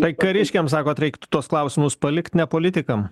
tai kariškiams sakot reiktų tuos klausimus palikt ne politikam